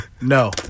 No